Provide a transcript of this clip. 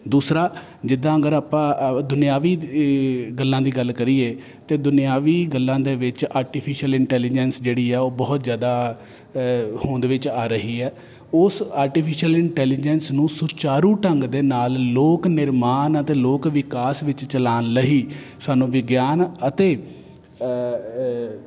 ਦੂਸਰਾ ਜਿੱਦਾਂ ਅਗਰ ਆਪਾਂ ਦੁਨਿਆਵੀ ਗੱਲਾਂ ਦੀ ਗੱਲ ਕਰੀਏ ਤਾਂ ਦੁਨਿਆਵੀ ਗੱਲਾਂ ਦੇ ਵਿੱਚ ਆਰਟੀਫਿਸ਼ਅਲ ਇੰਟੈਲੀਜੈਂਸ ਜਿਹੜੀ ਆ ਉਹ ਬਹੁਤ ਜ਼ਿਆਦਾ ਹੋਂਦ ਵਿੱਚ ਆ ਰਹੀ ਹੈ ਉਸ ਆਰਟੀਫਿਸ਼ਅਲ ਇੰਟੈਲੀਜੈਂਸ ਨੂੰ ਸੁਚਾਰੂ ਢੰਗ ਦੇ ਨਾਲ ਲੋਕ ਨਿਰਮਾਣ ਅਤੇ ਲੋਕ ਵਿਕਾਸ ਵਿੱਚ ਚਲਾਉਣ ਲਈ ਸਾਨੂੰ ਵੀ ਵਿਗਿਆਨ ਅਤੇ